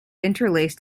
interlaced